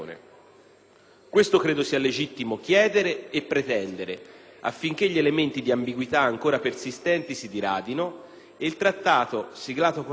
Questo credo sia legittimo chiedere e pretendere, affinché gli elementi di ambiguità ancora persistenti si diradino e il Trattato siglato con la Libia